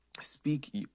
speak